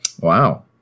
Wow